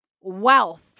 wealth